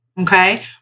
okay